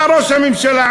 בא ראש הממשלה,